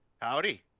howdy